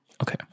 okay